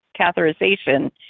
catheterization